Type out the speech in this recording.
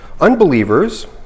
Unbelievers